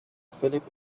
philip